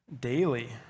daily